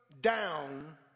down